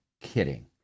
kidding